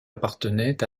appartenait